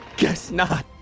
guess not.